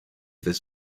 this